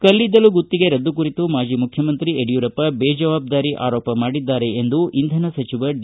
ಕಲ್ಲಿದ್ದಲು ಗುತ್ತಿಗೆ ರದ್ದು ಕುರಿತು ಮಾಜಿ ಮುಖ್ಚಮಂತ್ರಿ ಯಡಿಯೂರಪ್ಪ ಬೇಜವಾಬ್ದಾರಿ ಆರೋಪ ಮಾಡಿದ್ದಾರೆ ಎಂದು ಇಂಧನ ಸಚಿವ ಡಿ